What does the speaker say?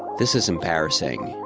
this is embarrassing,